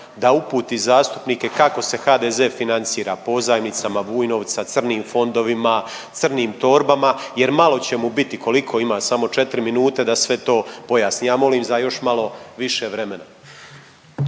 da uputi zastupnike kako se HDZ financira, pozajmicama Vujnovca, crnim fondovima, crnim torbama jer malo će mu biti, koliko ima samo četri minute da sve to pojasni. Ja molim za još malo više vremena.